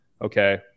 okay